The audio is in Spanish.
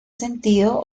sentido